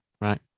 Right